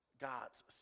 God's